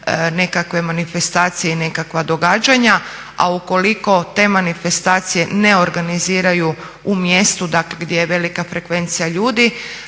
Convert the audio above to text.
nekakve manifestacije i nekakva događanja a ukoliko te manifestacije ne organiziraju u mjestu dakle gdje je velika frekvencija ljudi